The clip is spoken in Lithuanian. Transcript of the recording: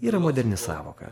yra moderni sąvoka